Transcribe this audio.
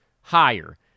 higher